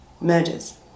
murders